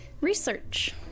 research